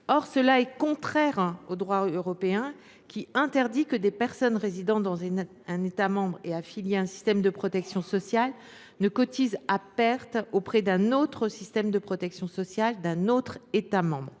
Cela est contraire au droit européen, qui interdit que des personnes résidant dans un État membre et affiliées à un système de protection sociale ne cotisent à perte auprès d’un autre système de protection sociale d’un autre État membre.